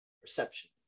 perception